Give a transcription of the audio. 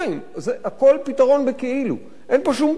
זה הכול פתרון בכאילו, אין פה שום פתרון.